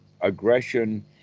aggression